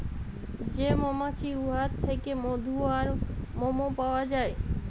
যে মমাছি উয়ার থ্যাইকে মধু আর মমও পাউয়া যায়